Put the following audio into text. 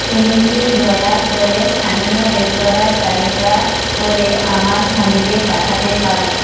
তুমি কি দয়া করে স্থানীয় রেস্তোরাঁঁর তালিকা করে আমার স্বামীকে পাঠাতে পারো